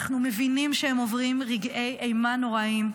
אנחנו מבינים שהם עוברים רגעי אימה נוראיים.